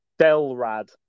Delrad